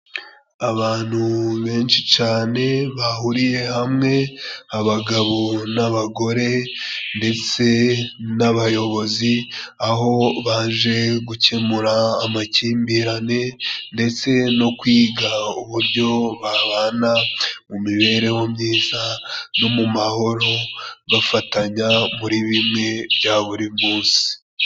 Abantu benshi cyane bahuriye hamwe. Abagabo n'abagore ndetse n'abayobozi, aho baje gukemura amakimbirane ndetse no kwiga uburyo babana mu mibereho myiza no mu mahoro, bafatanya muri bimwe bya buri munsi.